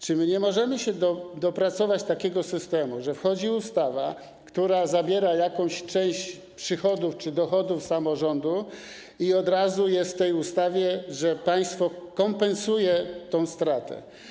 Czy nie możemy wypracować takiego systemu, że gdy wchodzi ustawa, która zabiera jakąś część przychodów czy dochodów samorządu, to od razu jest w niej ujęte, że państwo kompensuje tę stratę?